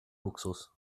luxus